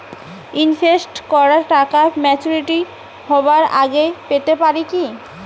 Invest করা টাকা maturity হবার আগেই পেতে পারি কি?